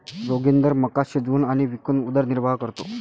जोगिंदर मका शिजवून आणि विकून उदरनिर्वाह करतो